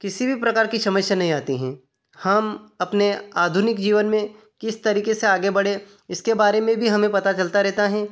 किसी भी प्रकार की समस्या नहीं आती है हम अपने आधुनिक जीवन में किस तरीके से आगे बढ़ें इसके बारे में भी हमें पता चलता रहता है